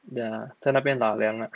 ya 在那边纳凉 ah